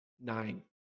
nine